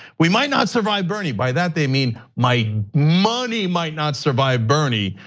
we might not survive bernie. by that they mean, my money might not survive bernie.